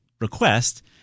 request